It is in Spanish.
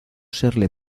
serle